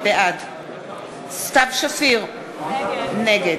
בעד סתיו שפיר, נגד